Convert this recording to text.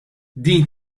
din